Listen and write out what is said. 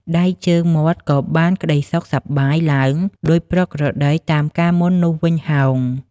ដៃជើងមាត់ក៏បានក្តីសុខសប្បាយ ឡើង ដូចប្រក្រតីតាមកាលមុននោះវិញហោង ។